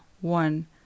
one